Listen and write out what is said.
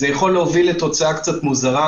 זה יכול להוביל לתוצאה קצת מוזרה.